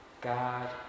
God